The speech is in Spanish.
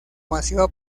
masiva